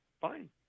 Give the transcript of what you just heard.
fine